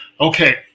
Okay